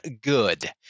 good